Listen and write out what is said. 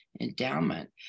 endowment